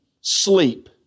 sleep